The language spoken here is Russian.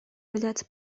является